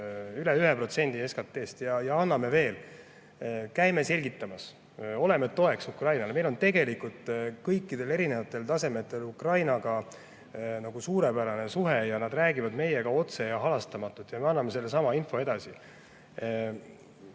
üle 1% SKT-st, ja anname veel. Käime selgitamas, oleme toeks Ukrainale. Meil on tegelikult kõikidel erinevatel tasemetel Ukrainaga suurepärased suhted. Nad räägivad meiega otse ja halastamatult ja me anname selle info edasi.